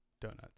donuts